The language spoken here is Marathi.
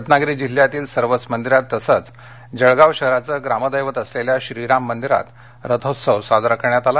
रत्नागिरी जिल्ह्यातील सर्वच मंदिरांत तसंच जळगाव शहराचं ग्रामदक्ति असलेल्या श्रीराम मंदिरात रथोत्सव साजरा करण्यात आला